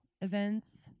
events